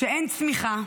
שאין צמיחה,